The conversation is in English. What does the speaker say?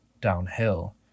downhill